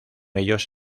ellos